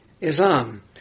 Islam